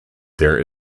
there